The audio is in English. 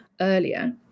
earlier